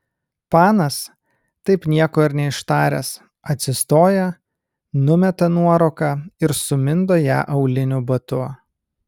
panas taip nieko ir neištaręs atsistoja numeta nuorūką ir sumindo ją auliniu batu